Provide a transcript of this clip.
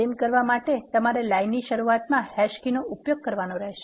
તેમ કરવા માટે તમારે લાઇન ની શરૂઆતમાં હેશ કી નો ઉપયોગ કરવાનો રહેશે